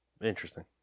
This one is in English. Interesting